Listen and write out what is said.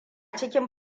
cikin